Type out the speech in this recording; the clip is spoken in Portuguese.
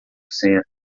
cento